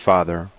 Father